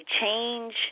change